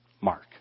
Mark